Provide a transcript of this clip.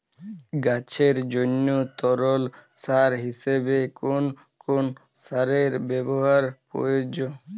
গাছের জন্য তরল সার হিসেবে কোন কোন সারের ব্যাবহার প্রযোজ্য?